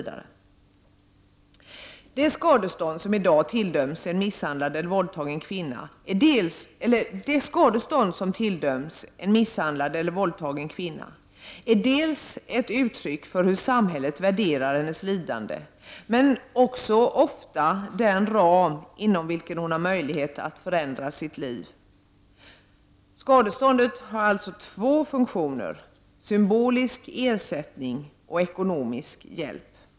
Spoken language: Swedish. Det skadestånd som i dag tilldöms en misshandlad eller våldtagen kvinna är dels ett uttryck för hur samhället värderar hennes lidande, dels ofta den ram inom vilken hon har möjlighet att förändra sitt liv. Skadeståndet har alltså två funktioner: att vara en symbolisk ersättning och en ekonomisk hjälp.